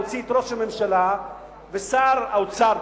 להוציא את ראש הממשלה ושר האוצר,